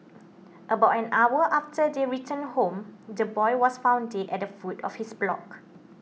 about an hour after they returned home the boy was found dead at the foot of his block